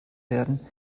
werden